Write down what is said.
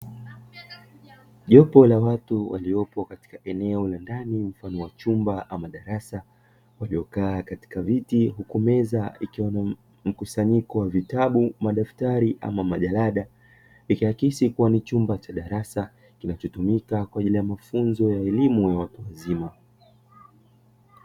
Jopo la watu, waliopo katika eneo la ndani mfano wa chumba ama darasa, waliokaa katika viti, huku meza ikiwa na mkusanyiko wa vitabu, madaftari ama majalada. Ikiakisi kuwa ni chumba cha darasa kinachotumika kwa ajili ya mafunzo ya elimu ya watu wazima.